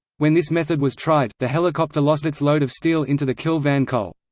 when this method was tried, the helicopter lost its load of steel into the kill van kull.